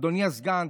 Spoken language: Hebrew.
אדוני הסגן,